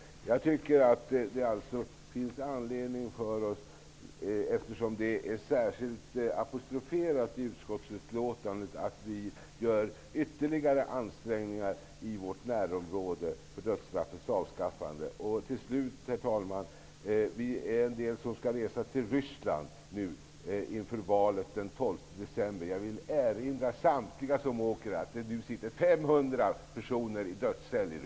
Eftersom detta är särskilt apostroferat i utskottsutlåtandet finns det anledning för oss att göra ytterligare ansträningar för dödsstraffets avskaffande i vårt närområde. Herr talman! Till sist vill jag säga att vi är några som skall resa till Ryssland inför valet den 12 december. Jag vill erinra samtliga som åker om att det nu sitter